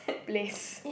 place